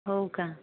हो का